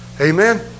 Amen